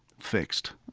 fixed,